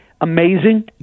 amazing